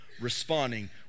responding